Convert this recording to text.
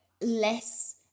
less